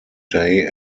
day